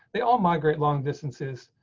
they all migrate long distances.